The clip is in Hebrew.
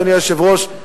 אדוני היושב-ראש,